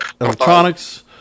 electronics